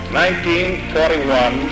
1941